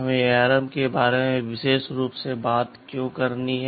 हमें ARM के बारे में विशेष रूप से बात क्यों करनी है